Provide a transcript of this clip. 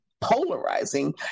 polarizing